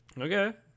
Okay